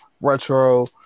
Retro